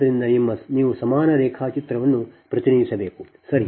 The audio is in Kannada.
ಆದ್ದರಿಂದ ನೀವು ಸಮಾನ ರೇಖಾಚಿತ್ರವನ್ನು ಪ್ರತಿನಿಧಿಸಬೇಕು ಸರಿ